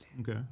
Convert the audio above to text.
okay